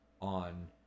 on